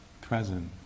present